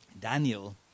Daniel